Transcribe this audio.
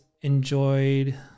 enjoyed